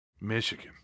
Michigan